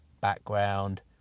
background